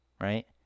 Right